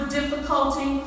difficulty